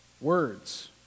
words